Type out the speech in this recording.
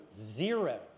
zero